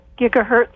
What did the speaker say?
gigahertz